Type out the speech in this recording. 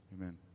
amen